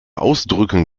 ausdrücken